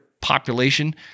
population